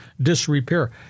Disrepair